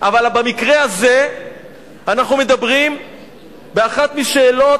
אבל במקרה הזה אנחנו מדברים באחת משאלות